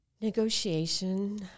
negotiation